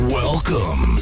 welcome